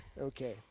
Okay